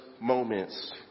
moments